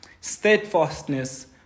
steadfastness